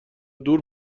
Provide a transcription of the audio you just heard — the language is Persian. دور